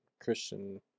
Christian